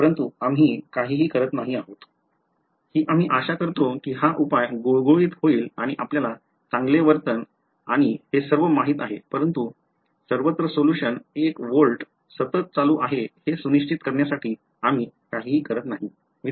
परंतु आम्ही काहीही करत नाही आहोत ही आम्ही आशा करतो की हा उपाय गुळगुळीत होईल आणि आपल्याला चांगले वर्तन आणि हे सर्व माहित आहे परंतु सर्वत्र solution एक व्होल्ट सतत चालू आहे हे सुनिश्चित करण्यासाठी आम्ही काहीही करत नाही